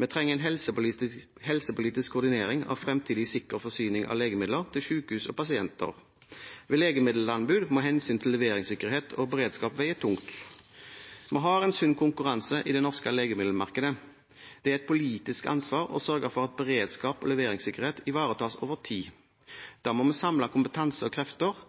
Vi trenger en helsepolitisk koordinering av fremtidig sikker forsyning av legemidler til sykehus og pasienter. Ved legemiddelanbud må hensynet til leveringssikkerhet og beredskap veie tungt. Vi har en sunn konkurranse i det norske legemiddelmarkedet. Det er et politisk ansvar å sørge for at beredskap og leveringssikkerhet ivaretas over tid. Da må vi samle kompetanse og krefter